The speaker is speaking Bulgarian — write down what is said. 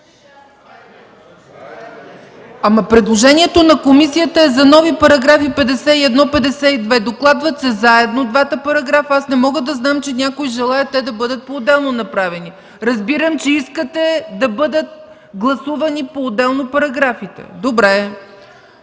Предложението на комисията е за нови параграфи 51 и 52, докладват се заедно двата параграфа. Аз не мога да знам, че някои желаят те да бъдат поотделно направени. Разбирам, че искате да бъдат гласувани поотделно параграфите. МАЯ